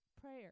Prayer